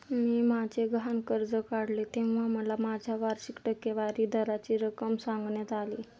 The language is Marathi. मी माझे गहाण कर्ज काढले तेव्हा मला माझ्या वार्षिक टक्केवारी दराची रक्कम सांगण्यात आली